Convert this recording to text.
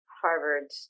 Harvard